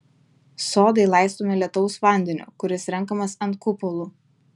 sodai laistomi lietaus vandeniu kuris renkamas ant kupolų